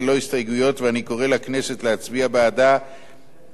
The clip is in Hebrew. ואני קורא לכנסת להצביע בעדה בקריאה שנייה